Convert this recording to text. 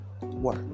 work